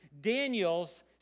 Daniel's